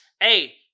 hey